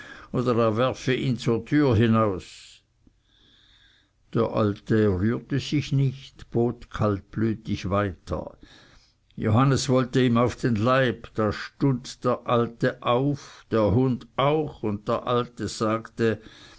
werfe ihn zur türe hinaus der alte rührte sich nicht bot kaltblütig weiter johannes wollte ihm auf den leib da stund der alte auf der hund auch und der alte sagte